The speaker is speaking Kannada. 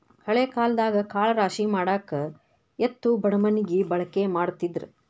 ಹಳೆ ಕಾಲದಾಗ ಕಾಳ ರಾಶಿಮಾಡಾಕ ಎತ್ತು ಬಡಮಣಗಿ ಬಳಕೆ ಮಾಡತಿದ್ರ